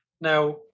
Now